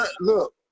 Look